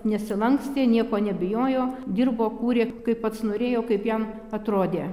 nesilankstė nieko nebijojo dirbo kūrė kaip pats norėjo kaip jam atrodė